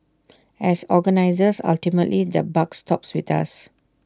as organisers ultimately the buck stops with us